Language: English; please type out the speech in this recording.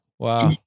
Wow